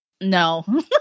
no